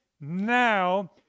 now